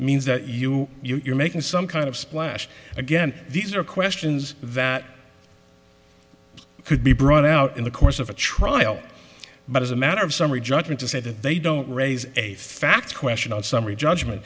means that you you're making some kind of splash again these are questions that could be brought out in the course of a trial but as a matter of summary judgment to say that they don't raise a fact question on summary judgment